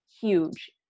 huge